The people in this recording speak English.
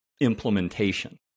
Implementation